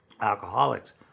alcoholics